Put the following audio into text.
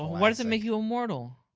why does it make you immortal?